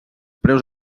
preus